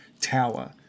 tower